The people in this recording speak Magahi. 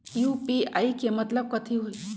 यू.पी.आई के मतलब कथी होई?